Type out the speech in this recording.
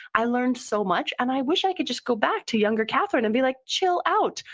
i learned so much and i wish i could just go back to younger kathryn and be like, chill out.